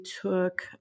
took